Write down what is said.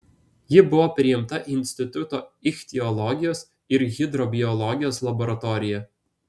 ji buvo priimta į instituto ichtiologijos ir hidrobiologijos laboratoriją